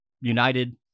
United